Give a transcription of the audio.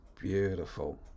Beautiful